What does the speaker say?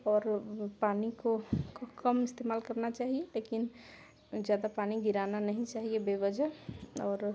और पानी को कम इस्तेमाल करना चाहिए लेकिन ज़्यादा पानी गिराना नहीं चाहिए बेवज़ह और